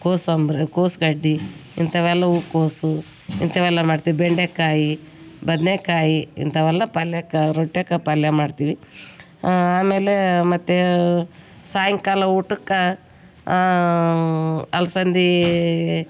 ಕೋಸಂಬರಿ ಕೋಸು ಗಡ್ಡೆ ಇಂಥವೆಲ್ಲ ಹೂ ಕೋಸು ಇಂಥವೆಲ್ಲ ಮಾಡ್ತೀವಿ ಬೆಂಡೆ ಕಾಯಿ ಬದನೇ ಕಾಯಿ ಇಂಥವೆಲ್ಲ ಪಲ್ಯಕ್ಕೆ ರೊಟ್ಯಾಕ ಪಲ್ಯ ಮಾಡ್ತೀವಿ ಆಮೇಲೆ ಮತ್ತೆ ಸಾಯಂಕಾಲ ಊಟಕ್ಕೆ ಅಲಸಂದೆ